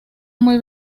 muy